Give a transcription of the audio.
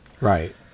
Right